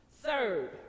Third